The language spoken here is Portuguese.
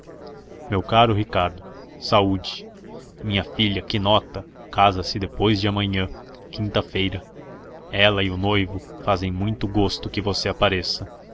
meu caro ricardo saúde minha filha quinota casa-se depois de amanhã quinta-feira ela e o noivo fazem muito gosto que você apareça